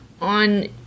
on